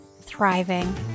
thriving